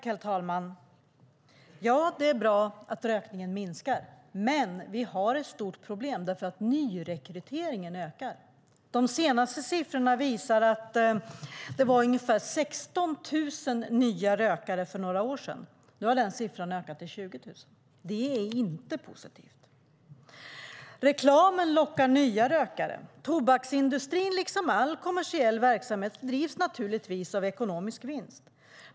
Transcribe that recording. Herr talman! Ja, det är bra att rökningen minskar. Men vi har ett stort problem, för nyrekryteringen ökar. De senaste siffrorna visar att det var ungefär 16 000 nya rökare för några år sedan. Nu har de ökat till 20 000. Det är inte positivt. Reklamen lockar nya rökare. Tobaksindustrin liksom all kommersiell verksamhet drivs naturligtvis av ekonomisk vinst.